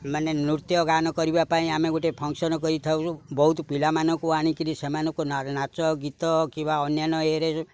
ମାନେ ନୃତ୍ୟ ଗାନ କରିବା ପାଇଁ ଆମେ ଗୋଟେ ଫଙ୍କସନ୍ କରିଥାଉ ବହୁତ ପିଲାମାନଙ୍କୁ ଆଣିକିରି ସେମାନଙ୍କୁ ନାଚ ଗୀତ କିମ୍ବା ଅନ୍ୟାନ୍ୟ ଏରେ